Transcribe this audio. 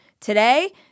Today